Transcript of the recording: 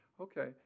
Okay